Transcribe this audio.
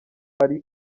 ari